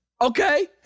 okay